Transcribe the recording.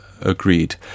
agreed